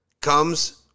comes